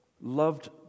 loved